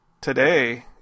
today